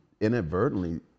inadvertently